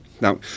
Now